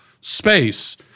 space